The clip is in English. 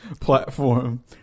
platform